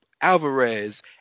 Alvarez